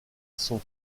son